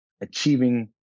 achieving